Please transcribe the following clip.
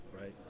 right